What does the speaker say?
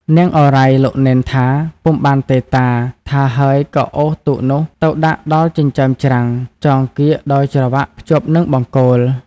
នាងឱរ៉ៃ លោកនេនថា "ពុំបានទេ តា!” ថាហើយក៏អូសទូកនោះ ទៅដាក់ដល់ចិញ្ចើមច្រាំង ចងក្រៀកដោយច្រវាក់ភ្ជាប់នឹងបង្គោល។